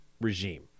regime